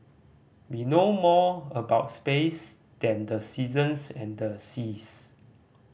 we know more about space than the seasons and the seas